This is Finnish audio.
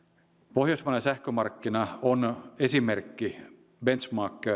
pohjoismainen sähkömarkkina on esimerkki benchmark